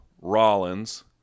Rollins